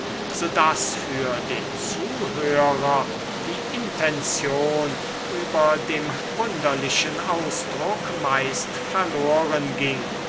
daß für den zuhörer die intention über dem wunderlichen ausdruck meist verloren ging